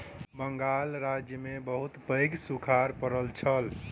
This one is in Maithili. बंगाल राज्य में बहुत पैघ सूखाड़ पड़ल छल